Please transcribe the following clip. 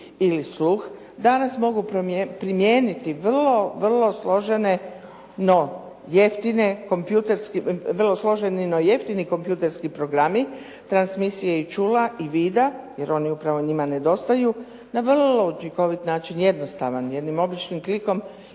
ili sluh, danas mogu primijeniti vrlo, vrlo složeni no jeftini kompjutorski programi, transmisiji čula i vida jer oni upravo njima nedostaju, na vrlo učinkovit način, jednostavan, jednim običnim klikom